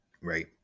Right